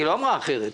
היא לא אמרה אחרת,